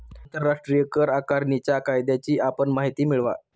आंतरराष्ट्रीय कर आकारणीच्या कायद्याची आपण माहिती मिळवा